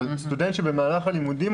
אבל סטודנט שעובד במהלך הלימודים,